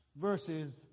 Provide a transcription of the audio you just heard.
verses